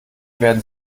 werden